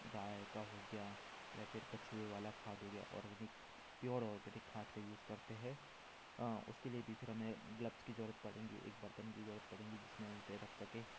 गाय का हो गया या फिर कछुए वाला खाद हो गया ऑर्गेनिक प्योर ऑर्गेनिक खाद का यूज़ करते हैं उसके लिए भी फिर हमे ग्लव्ज़ की ज़रूरत पड़ेगी एक बर्तन की ज़रूरत पड़ेगी जिसमें हम उसे रख सकें